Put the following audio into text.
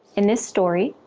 in this story,